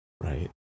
Right